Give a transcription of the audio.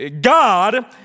God